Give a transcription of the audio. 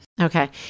Okay